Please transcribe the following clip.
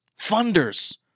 funders